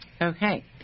Okay